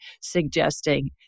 suggesting